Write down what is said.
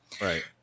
Right